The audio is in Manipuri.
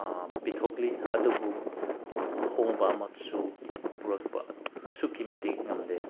ꯄꯤꯊꯣꯛꯂꯤ ꯑꯗꯨꯕꯨ ꯑꯍꯣꯡꯕ ꯑꯃꯁꯨ ꯄꯨꯔꯛꯄ ꯑꯁꯨꯛꯀꯤ ꯃꯇꯤꯛ ꯉꯝꯗꯦ